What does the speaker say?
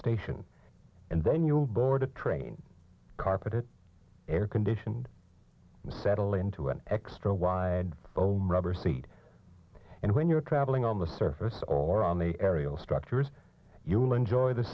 station and then you will board a train carpeted air conditioned settle into an extra wide open rubber seat and when you're traveling on the surface or on the aerial structures you will enjoy the